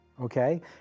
okay